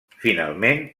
finalment